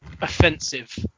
offensive